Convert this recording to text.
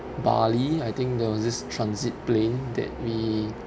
bali I think there was just transit plane that we